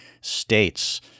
states